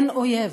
אין אויב.